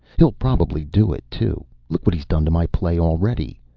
he'll probably do it, too. look what he's done to my play already.